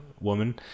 woman